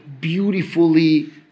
beautifully